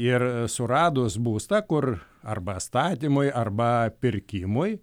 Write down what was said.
ir suradus būstą kur arba statymui arba pirkimui